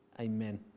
Amen